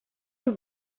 were